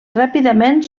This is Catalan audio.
ràpidament